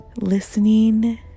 listening